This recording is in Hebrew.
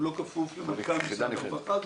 הוא לא כפוף למנכ"ל משרד הרווחה.